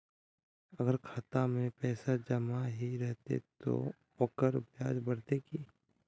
अगर खाता में पैसा जमा ही रहते ते ओकर ब्याज बढ़ते की?